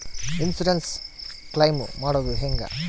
Insurance claim ಮಾಡೋದು ಹೆಂಗ?